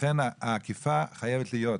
לכן האכיפה חייבת להיות,